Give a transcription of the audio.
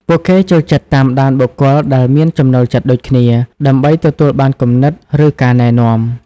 ពួកគេចូលចិត្តតាមដានបុគ្គលដែលមានចំណូលចិត្តដូចគ្នា ដើម្បីទទួលបានគំនិត ឬការណែនាំ។